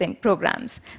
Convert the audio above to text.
programs